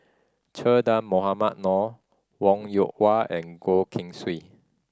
Che Dah Mohamed Noor Wong Yoon Wah and Goh Keng Swee